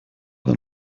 than